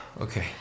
Okay